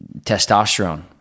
testosterone